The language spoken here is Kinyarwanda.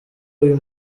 uyu